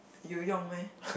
you 用 meh